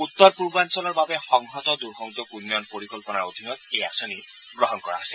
উত্তৰ পূৰ্বাঞ্চলৰ বাবে সংহত দূৰসংযোগ উন্নয়ন পৰিকল্পনাৰ অধীনত এই আঁচনি গ্ৰহণ কৰা হৈছে